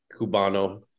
cubano